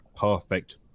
perfect